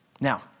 Now